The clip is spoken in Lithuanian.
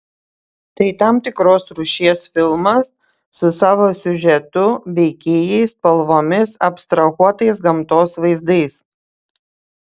tai tam tikros rūšies filmas su savo siužetu veikėjais spalvomis abstrahuotais gamtos vaizdais